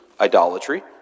idolatry